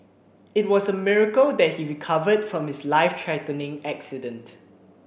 it was a miracle that he recovered from his life threatening accident